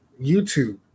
YouTube